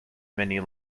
many